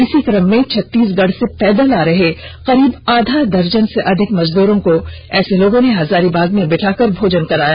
इसी क्रम में छत्तीसगढ़ से पैदल आ रहे करीब आधा दर्जन से अधिक मजदूरो को ऐसे लोगो ने हजारीबाग में बैठाकर भोजन कराया